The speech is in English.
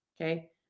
okay